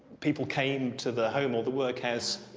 people came to the home or the workhouse,